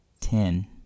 Ten